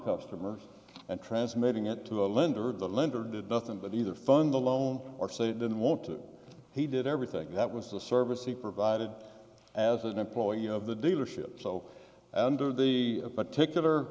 customers and transmitting it to the lender the lender did nothing but either fund the loan or say it didn't want to he did everything that was the service he provided as an employee of the dealership so under the particular